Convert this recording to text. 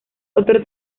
otro